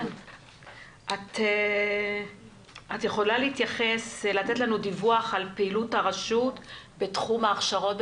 את יכולה לתת לנו דיווח על פעילות הרשות בתחום ההכשרות?